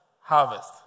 harvest